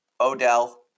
Odell